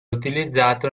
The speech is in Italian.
utilizzato